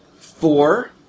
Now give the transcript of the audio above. four